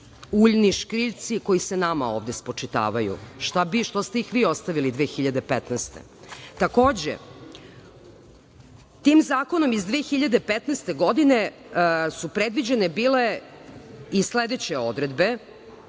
uljni škriljci koji se nama ovde spočitavaju. Šta bi, što ste ih vi ostavili 2015. godine? Takođe, tim zakonom iz 2015. godine su predviđene bile i sledeće odredbe